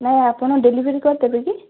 ନା ଆପଣ ଡେଲିଭରୀ କରିଦେବେ କି